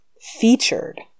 featured